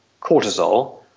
cortisol